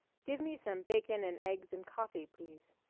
give me some bacon and eggs and coffee, please.